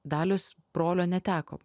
dalius brolio neteko